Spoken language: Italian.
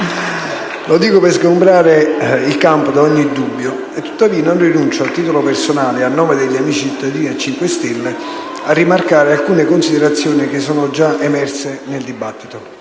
Lo dico per sgombrare il campo da ogni dubbio e, tuttavia, non rinuncio, a titolo personale e a nome degli amici cittadini a cinque stelle, a rimarcare alcune considerazioni che sono già emerse nel dibattito.